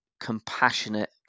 compassionate